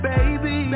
Baby